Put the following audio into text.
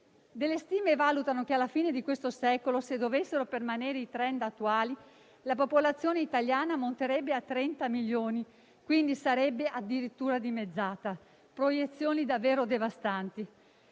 alcune stime, se alla fine di questo secolo dovessero permanere i *trend* attuali, la popolazione italiana ammonterebbe a 30 milioni, quindi sarebbe addirittura dimezzata: proiezioni davvero devastanti.